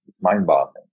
mind-boggling